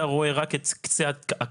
אתה רואה רק את קצה הקרחון,